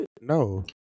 No